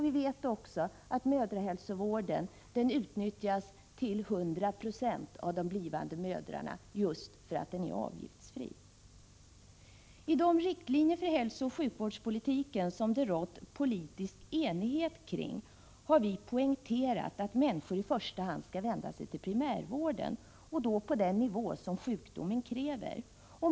Vi vet att mödrahälsovården utnyttjas till hundra procent av de blivande mödrarna just därför att den är avgiftsfri. I de riktlinjer för hälsooch sjukvårdspolitiken som det rått politisk enighet om har vi poängterat att människor i första hand skall vända sig till primärvården, på den nivå som sjukdomen kräver.